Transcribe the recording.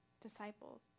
disciples